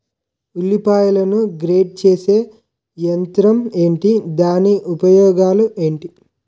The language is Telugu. ఉల్లిపాయలను గ్రేడ్ చేసే యంత్రం ఏంటి? దాని ఉపయోగాలు ఏంటి?